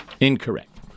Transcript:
incorrect